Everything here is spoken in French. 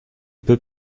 peu